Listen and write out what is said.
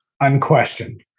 unquestioned